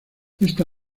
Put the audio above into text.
esta